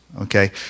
okay